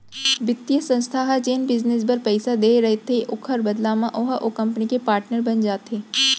बित्तीय संस्था ह जेन बिजनेस बर पइसा देय रहिथे ओखर बदला म ओहा ओ कंपनी के पाटनर बन जाथे